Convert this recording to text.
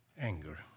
anger